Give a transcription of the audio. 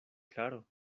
claro